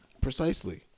Precisely